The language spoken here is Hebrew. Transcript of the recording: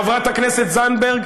חברת הכנסת זנדברג,